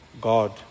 God